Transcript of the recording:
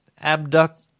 Abduct